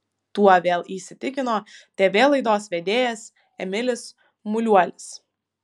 tuo vėl įsitikino tv laidos vedėjas emilis muliuolis